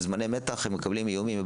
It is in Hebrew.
אבל בזמני מתח הם מקבלים איומים,